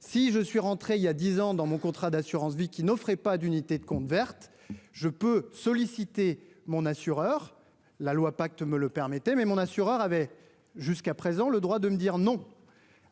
Si je suis rentré il y a 10 ans dans mon contrat d'assurance-vie qui n'offrait pas d'unités de compte verte je peux solliciter mon assureur. La loi pacte me le permettez mais mon assureur avait jusqu'à présent le droit de me dire non.